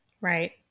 Right